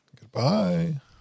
Goodbye